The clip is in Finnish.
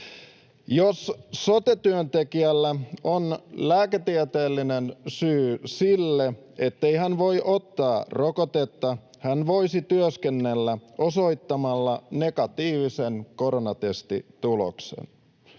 Jos sote-työntekijällä on lääketieteellinen syy siihen, ettei hän voi ottaa rokotetta, hän voisi työskennellä osoittamalla negatiivisen koronatestituloksen.